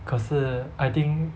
可是 I think